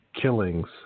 killings